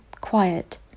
quiet